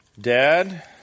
Dad